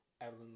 Evelyn